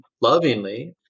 lovingly